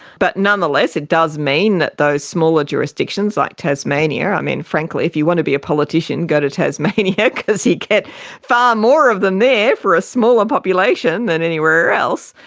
but nonetheless it does mean that those smaller jurisdictions, like tasmania, i mean, frankly, if you want to be a politician go to tasmania because you get far more of them there for a smaller population than anywhere else,